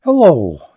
Hello